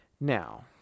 Now